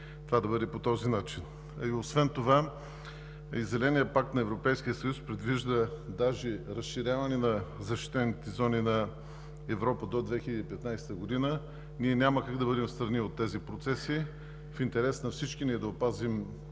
това да бъде по този начин. Освен това Зеленият пакт на Европейския съюз предвижда даже разширяване на защитените зони на Европа до 2015 г. Ние няма как да бъдем встрани от тези процеси. В интерес на всички ни е да опазим